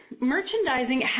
merchandising